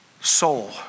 Soul